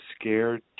scared